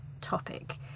topic